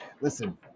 Listen